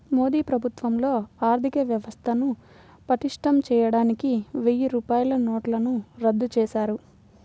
మోదీ ప్రభుత్వంలో ఆర్ధికవ్యవస్థను పటిష్టం చేయడానికి వెయ్యి రూపాయల నోట్లను రద్దు చేశారు